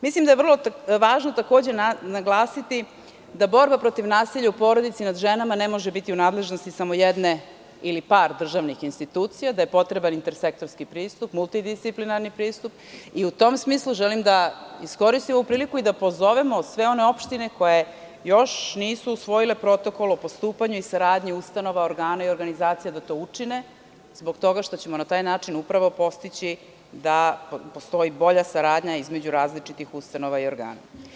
Mislim da je važno naglasiti da borba protiv nasilja u porodici i nad ženama ne može biti u nadležnosti samo jedne ili par državnih institucija, da je potreban intersektorski pristup, multidisciplinarni pristup i u tom smislu želim da iskoristim ovu priliku i da pozovemo sve one opštine koje još nisu usvojile Protokom o pristupanju i saradnji ustanova i organa i organizacija da to učine, zbog toga što ćemo na taj način postići da postoji bolja saradnja između različitih ustanova i organa.